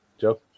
joe